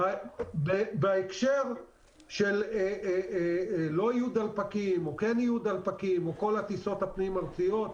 בקשר לשאלה אם יהיו או לא יהיו דלפקים בטיסות הפנים-ארציות,